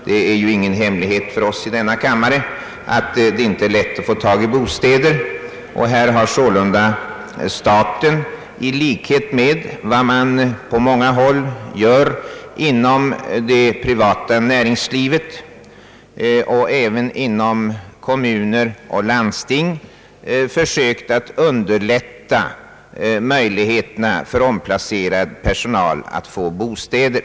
Det är ingen hemlighet för oss i denna kammare, att det inte är lätt att få tag i bostäder. Staten har därför i likhet med vad man gör på många håll inom det privata näringslivet och även inom kommuner och landsting försökt att underlätta möjligheterna för omplacerad personal att få bostäder.